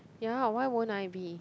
ya why won't I be